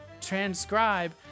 transcribe